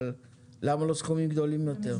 אבל למה לא סכומים גדולים יותר?